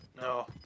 No